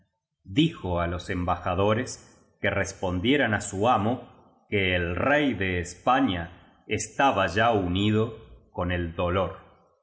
dijo á los embajadores que res pondieran á su amo que el rey de españa estaba ya unido con el dolor